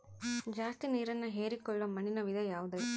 ಜಾಸ್ತಿ ನೇರನ್ನ ಹೇರಿಕೊಳ್ಳೊ ಮಣ್ಣಿನ ವಿಧ ಯಾವುದುರಿ?